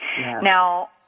Now –